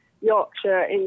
Yorkshire